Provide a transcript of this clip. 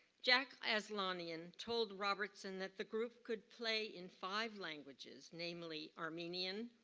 jack azlonian told robertson that the group could play in five languages, mainly armenia, and